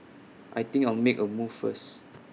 I think I'll make A move first